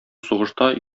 сугышта